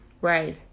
Right